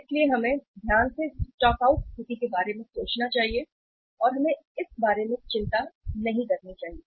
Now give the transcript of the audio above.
इसलिए हमें ध्यान से स्टॉक आउट स्थिति के बारे में सोचना चाहिए और हमें इस बारे में चिंता नहीं करनी चाहिए